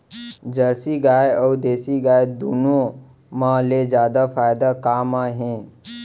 Jersey गाय अऊ देसी गाय दूनो मा ले जादा फायदा का मा हे?